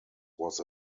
was